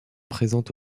présentent